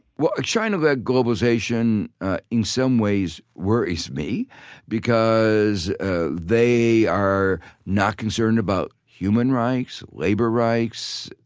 well, ah china-led globalization in some ways worries me because ah they are not concerned about human rights, labor rights.